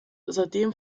seitdem